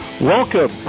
Welcome